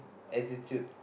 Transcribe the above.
attitude